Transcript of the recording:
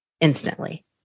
instantly